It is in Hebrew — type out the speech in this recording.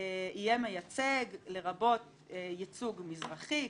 יהיה מייצג לרבות ייצוג מזרחי,